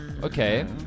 Okay